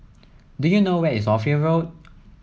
do you know where is Ophir Road